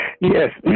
Yes